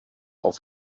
auf